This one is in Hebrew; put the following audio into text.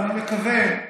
אני מקווה,